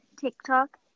tiktok